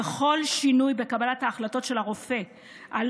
וכל שינוי בקבלת ההחלטות של הרופא על